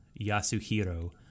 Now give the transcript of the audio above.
Yasuhiro